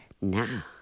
now